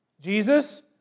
Jesus